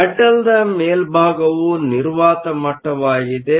ಮೆಟಲ್Metalನ ಮೇಲ್ಭಾಗವು ನಿರ್ವಾತ ಮಟ್ಟವಾಗಿದೆ